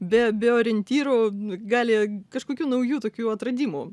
be be orientyrų gali kažkokių naujų tokių atradimų